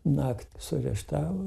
naktį suareštavo